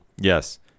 Yes